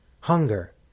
hunger